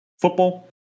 Football